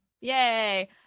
Yay